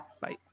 Bye